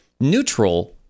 neutral